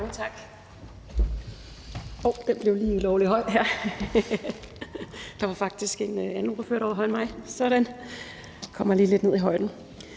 tak.